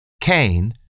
Cain